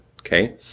okay